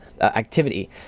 activity